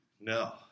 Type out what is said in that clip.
No